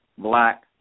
Black